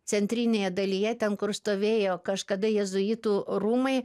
centrinėje dalyje ten kur stovėjo kažkada jėzuitų rūmai